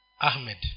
Ahmed